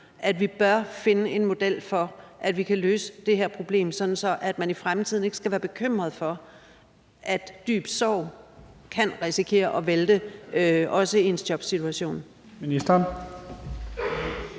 at vi bør finde en model for, at vi kan løse det her problem, sådan at man i fremtiden ikke skal være bekymret for, at dyb sorg kan risikere at vælte en i forhold til ens jobsituation.